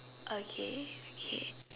okay okay